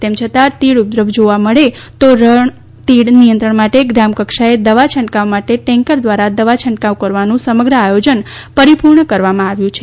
તેમ છતાં તીડ ઉપદ્રવ જોવા મળે તો રણતીડ નિયંત્રણ માટે ગ્રામકક્ષાએ દવા છંટકાવ માટે ટેન્કર દ્વારા દવા છંટકાવ કરવાનું સમગ્ર આયોજન પરીપૂર્ણ કરવામાં આવ્યું છે